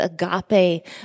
agape